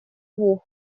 двух